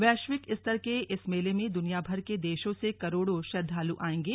वैश्विक स्तर के इस मेले में दुनिया भर के देशों से करोड़ों श्रद्वालु आएंगे